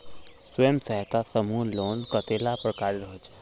स्वयं सहायता समूह लोन कतेला प्रकारेर होचे?